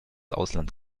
ausland